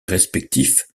respectif